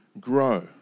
grow